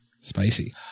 Spicy